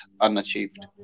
unachieved